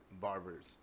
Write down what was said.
barbers